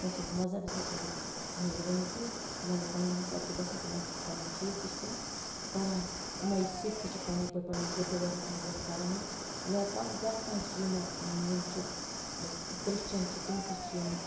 کٲنٛسہِ ہٕنٛدِس مَذہَبَس ہیٚکو کِہیٖنۍ یہِ ؤنتھی تِمَن یہِ پَننہِ حِساب چھُ باسان تِمَن چھ پَنن ٹھیٖک تہِ چھ تِم کَران یمے سِک تہِ چھِ پَننۍ پٲٹھۍ پَننِس گُردُوارَس مَنز کَران یا پرٮ۪تھ کانٛہہ چھِ یِم یِم چھِ کرسچَن چھِ تِم تہِ چھِ یمہٕ